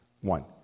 one